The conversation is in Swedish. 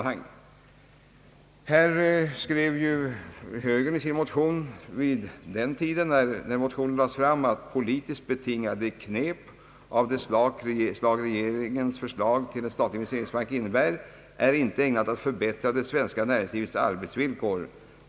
Högern skrev den gången i sin motion, att »politiskt betingade knep av det slag regeringens förslag till en statlig investeringsbank innebär är inte ägnade att förbättra det svenska näringslivets arbetsvillkor.